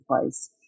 place